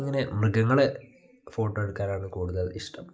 ഇങ്ങനെ മൃഗങ്ങളെ ഫോട്ടോ എടുക്കാനാണ് കൂടുതൽ ഇഷ്ടം